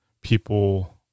people